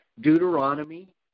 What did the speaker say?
Deuteronomy